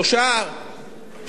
3 נקודה משהו אחוז.